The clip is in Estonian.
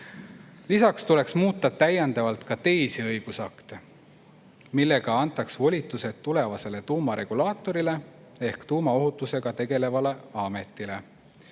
Lisaks tuleks muuta täiendavalt teisi õigusakte, millega antaks volitused tulevasele tuumaregulaatorile ehk tuumaohutusega tegelevale ametile.